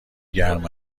گرم